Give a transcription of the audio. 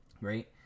Right